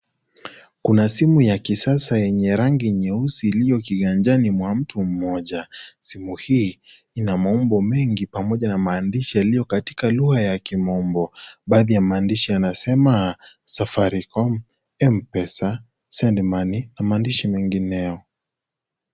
Kuna simu ya kisasa yenye rangi nyeusi iliyokiganjani mwa mtu mmoja. Simu hii, ina maumbo mengi pamoja na maandishi yalikuwa katika lugha ya kimombo. Baadhi ya maandishi yanasema; cs(safaricom, mpesa, send money?) na maandishi mengineo.